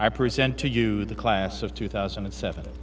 i present to you the class of two thousand and seven